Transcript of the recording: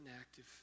active